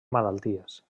malalties